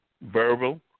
verbal